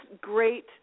great